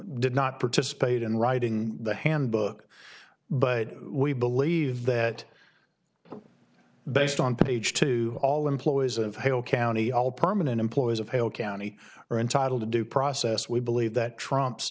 did not participate in writing the handbook but we believe that based on page to all employees of hale county all permanent employees of hale county are entitled to due process we believe that trumps